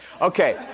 Okay